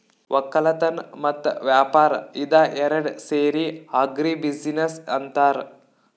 ವಕ್ಕಲತನ್ ಮತ್ತ್ ವ್ಯಾಪಾರ್ ಇದ ಏರಡ್ ಸೇರಿ ಆಗ್ರಿ ಬಿಜಿನೆಸ್ ಅಂತಾರ್